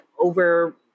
over